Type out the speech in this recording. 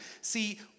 See